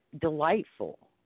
delightful